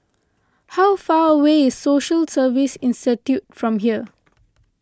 how far away is Social Service Institute from here